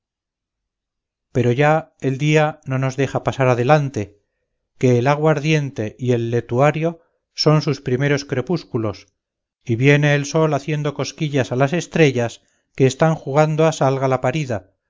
pero ya el día no nos deja pasar adelante que el agua ardiente y el letuario son sus primeros crepúsculos y viene el sol haciendo cosquillas a las estrellas que están jugando a salga la parida